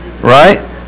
Right